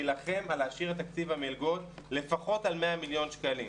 ונילחם להשאיר את תקציב המלגות לפחות על 100 מיליון שקלים.